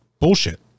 Bullshit